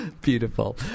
Beautiful